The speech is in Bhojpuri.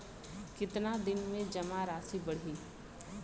कितना दिन में जमा राशि बढ़ी?